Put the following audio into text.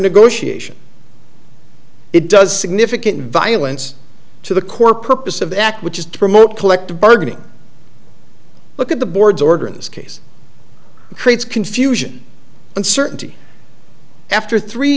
negotiation it does significant violence to the core purpose of the act which is to promote collective bargaining look at the board's order in this case creates confusion uncertainty after three